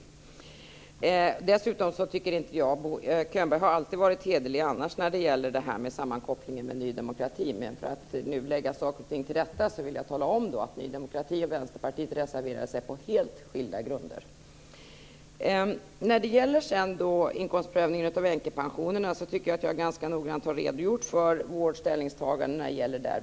Jag vill dessutom säga att Bo Könberg annars alltid har varit hederlig när sammankopplingen med Ny demokrati, men för att lägga saker och ting till rätta vill jag nu tala om att Ny demokrati och Vänsterpartiet reserverade sig på helt skilda grunder. När det sedan gäller inkomstprövningen av änkepensionerna tycker jag att jag ganska noggrant har redogjort för vårt ställningstagande.